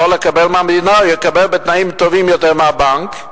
יכול לקבל מהמדינה הוא יקבל בתנאים טובים יותר מאשר בבנק,